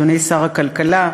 אדוני שר הכלכלה,